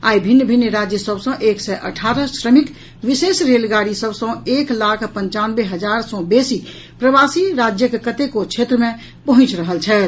आई भिन्न भिन्न राज्य सभ सँ एक सय अठारह श्रमिक विशेष रेलगाड़ी सभ सँ एक लाख पंचानवे हजार सँ बेसी प्रवासी राज्यक कतेको क्षेत्र मे पहुंचि रहल छथि